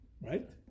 right